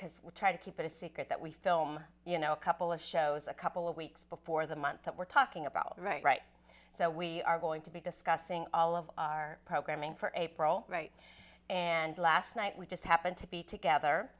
because we're trying to keep it a secret that we film you know a couple of shows a couple of weeks before the month that we're talking about right right so we are going to be discussing all of our programming for april right and last night we just happened to be together